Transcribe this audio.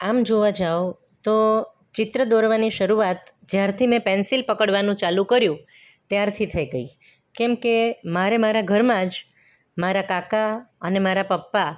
આમ જોવા જાઓ તો ચિત્ર દોરવાની શરૂઆત જ્યારથી મેં પેન્સિલ પકડવાનું ચાલું કર્યું ત્યારથી થઈ ગઈ કેમ કે મારે મારાં ઘરમાં જ મારા કાકા અને મારા પપ્પા